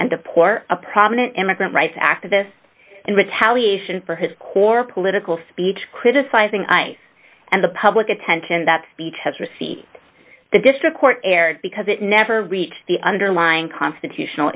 and deport a prominent immigrant rights activists in retaliation for his core political speech criticizing ice and the public attention that speech has received the district court aired because it never reached the underlying constitutional